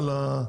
סיוע לספק.